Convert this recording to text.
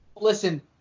listen